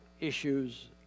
issues